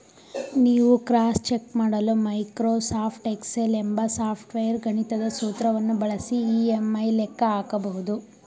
ನೀವು cross check ಮಾಡಲು Microsoft Excel ಎಂಬ ಸಾಫ್ಟ್ವೇರ್ ಗಣಿತದ ಸೂತ್ರವನ್ನು ಬಳಸಿ ಇ.ಎಂ.ಐ ಲೆಕ್ಕ ಹಾಕಬಹುದು